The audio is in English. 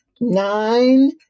nine